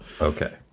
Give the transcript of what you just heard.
Okay